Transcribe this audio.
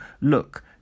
look